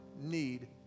need